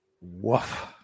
Woof